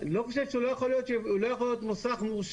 אני לא חושב שהוא לא יכול להיות מוסך מורשה,